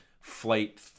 Flight